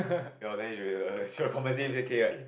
ya lor then we should should have compensate her ten K right